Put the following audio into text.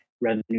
revenue